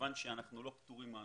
כיוון שאנחנו לא פטורים מהנושא.